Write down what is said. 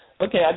Okay